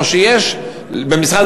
או שיש במשרד